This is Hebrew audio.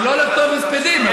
שלא לכתוב הספדים.